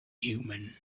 human